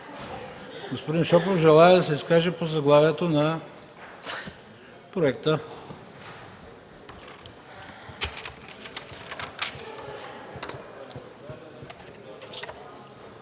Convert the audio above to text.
Господин Шопов желае да се изкаже по заглавието на законопроекта.